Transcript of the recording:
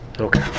Okay